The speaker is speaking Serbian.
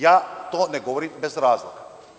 Ja to ne govorim bez razloga.